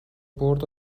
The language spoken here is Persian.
برد